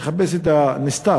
תחפש את הנסתר,